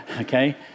okay